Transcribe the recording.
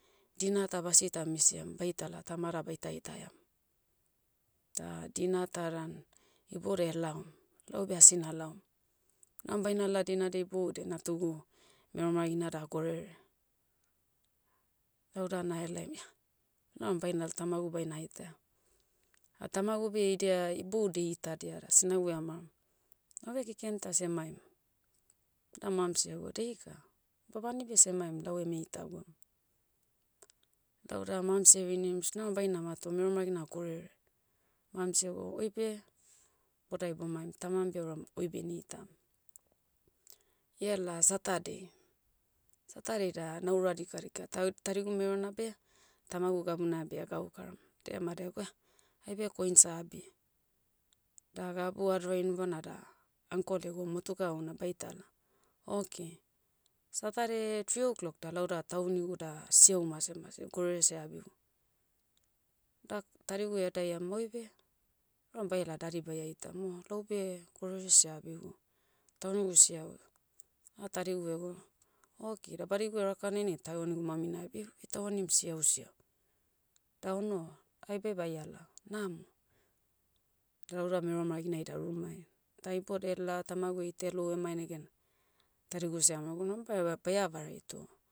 Dina ta basi ta misiam baitala tamada baita itaiam. Da dina ta dan, ibodai elaom. Laube asi nalaom. Nam bainala dinadia ibodiai natugu, mero maragina da gorere. Lauda nahelaim ia, nauram bainal tamagu bainaha itaia. Ah tamagu beh idia, iboudi eitadia da sinagu eha maorom, nabe keken ta semaim. Da mams ego daika. Babani beh semaimlau eme itagum. Lauda mams erinim sh naram bainama toh mero maragina gorere. Mams egou oibe, bo dai bomaim tama beuram oi beine itam. Iala satadei. Satadei da naura dikadika ta- tadigu merona beh, tamagu gabuna abia gaukaram. Dema degwa eh, aibe coins abi. Da gabu adorai inibana da, uncle egou motuka houna baitala. Oke. Satade, tri o clock da lauda taunigu da, siau mase mase gorere seh eabigu. Da, tadigu edae ema oibe, auram baiala dadi baia itam. O, laube, gorere seh eabigu. Taunigu siau. O tadigu ego, oke da badigu oraka nenei tauanigu mamina eabia eh, oi tauanim siausiau. Da ouno, aibe baiala, namo. Da lauda mero maragaina ida rumai. Da ibodia ela tamagu eita elou emai negena, tadigu seh eamaorogu numbe baia vareai toh,